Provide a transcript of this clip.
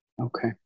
Okay